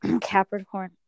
Capricorn